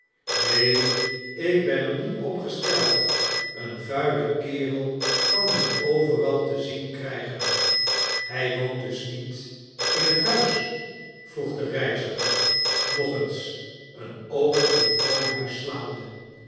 neen ik ben er niet op gesteld een vuilen kerel kan men overal te zien krygen hy woont dus niet in het huis vroeg de reiziger nog eens een oog op het woonhuis slaande